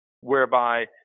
whereby